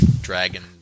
Dragon